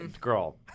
Girl